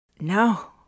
No